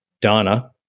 Donna